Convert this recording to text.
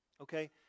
Okay